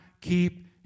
keep